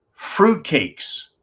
Fruitcakes